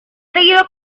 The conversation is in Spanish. seguido